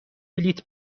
بلیط